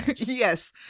Yes